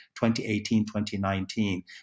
2018-2019